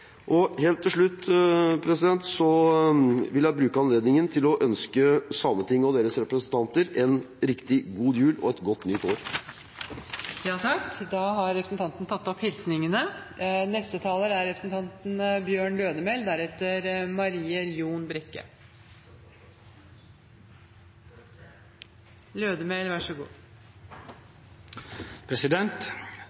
Helt til slutt vil jeg bruke anledningen til å ønske Sametinget og deres representanter en riktig god jul og et godt nytt